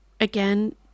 again